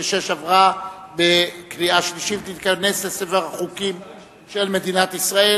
96) עברה בקריאה שלישית ותיכנס לספר החוקים של מדינת ישראל.